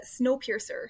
Snowpiercer